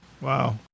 Wow